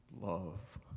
love